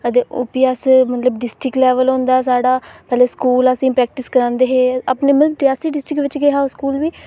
ते प्ही अस मतलब डिस्ट्रिक्ट होंदा साढ़ा पैह्लें स्कूल बिच गै प्रैक्टिस करांदे हे मतलब रियासी डिस्ट्रिक्ट बिच गै ओह् स्कूल बी